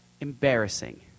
embarrassing